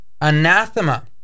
anathema